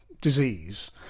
disease